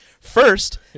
first